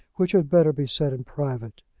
which had better be said in private.